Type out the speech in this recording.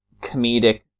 comedic